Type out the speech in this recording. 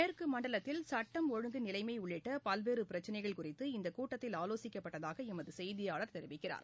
மேற்குமண்டலத்தில் சுட்டம் நிலைமைஉள்ளிட்டபல்வேறுபிரச்சினைகள் ஒழுங்கு குறித்து இந்தகூட்டத்தில் ஆலோசிக்கப்பட்டதாகஎமதுசெய்தியாளர் தெரிவிக்கிறார்